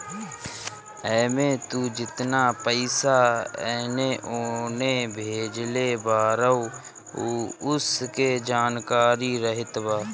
एमे तू जेतना पईसा एने ओने भेजले बारअ उ सब के जानकारी रहत बा